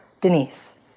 Denise